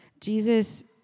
Jesus